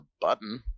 button